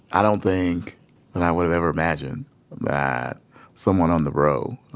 i don't think that i would have ever imagined that someone on the row,